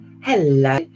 Hello